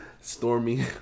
stormy